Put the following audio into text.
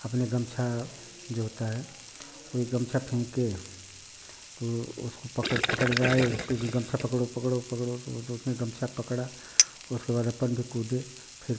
अपने गमछा जो होता है वही गमछा फेंके तो उसको पकड़ पकड़ रहा है उसको कहे गमछा पकड़ो पकड़ो पकड़ो तो तो उसने गमछा पकड़ा उसके बाद अपन भी कूदे फिर